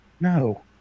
No